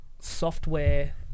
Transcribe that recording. software